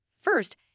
First